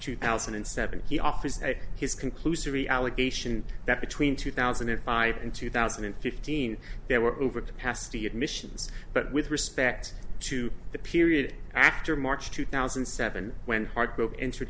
two thousand and seven he offers his conclusory allegation that between two thousand and five and two thousand and fifteen there were over the past the admissions but with respect to the period after march two thousand and seven when heart broke entered